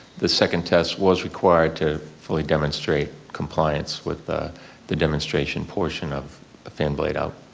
the second test was required to fully demonstrate compliance with the the demonstration portion of a fan blade out.